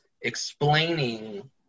explaining